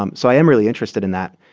um so i am really interested in that,